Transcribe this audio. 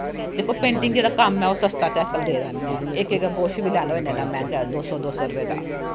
दिक्खो पेंटिंग जेह्ड़ा कम्म ऐ ओह् सस्ता ते अज्ज कल रेह् दा नी ऐ इक इक ब्रश बी लैनां होऐ इन्नां इन्ना मैंह्गा दो दो सौ दा